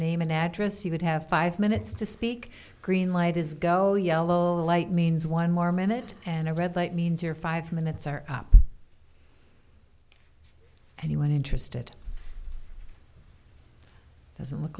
name and address you would have five minutes to speak green light is go yellow light means one more minute and a red light means your five minutes are up and you when interested doesn't look